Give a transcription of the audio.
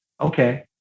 Okay